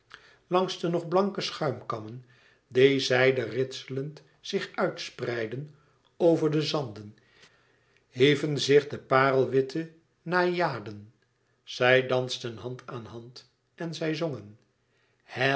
langs de nog blanke schuimkammen die zijde ritselend zich uit spreidden over de zanden hieven zich de parelwitte naïaden zij dansten hand aan hand en zij zongen